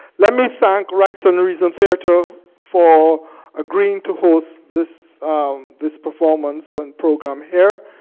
let me thank rites and reason theatre for agreeing to host this this performance and program here.